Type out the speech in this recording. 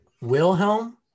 Wilhelm